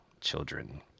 children